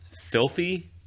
filthy